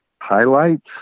highlights